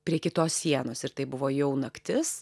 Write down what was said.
prie kitos sienos ir tai buvo jau naktis